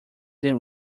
than